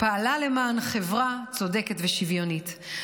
ופעלה למען חברה צודקת ושוויונית.